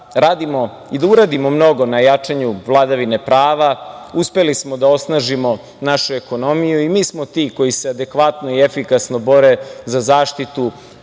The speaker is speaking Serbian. i da uradimo mnogo na jačanju vladavine prava, uspeli smo da osnažimo našu ekonomiju i mi smo ti koji se adekvatno i efikasno bore za zaštitu